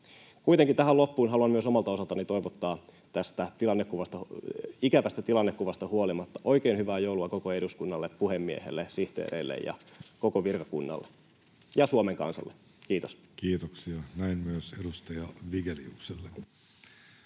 Kuitenkin tähän loppuun haluan myös omalta osaltani toivottaa tästä ikävästä tilannekuvasta huolimatta oikein hyvää joulua koko eduskunnalle, puhemiehelle, sihteereille ja koko virkakunnalle ja Suomen kansalle. — Kiitos. Esitellään valtiovarainministeriön